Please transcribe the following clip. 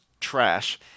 Trash